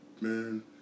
Man